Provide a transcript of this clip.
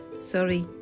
sorry